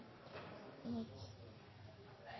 starten,